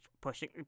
pushing